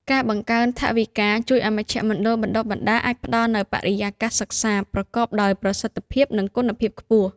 ការបង្កើនថវិកាជួយឱ្យមជ្ឈមណ្ឌលបណ្តុះបណ្តាលអាចផ្តល់នូវបរិយាកាសសិក្សាប្រកបដោយប្រសិទ្ធភាព និងគុណភាពខ្ពស់។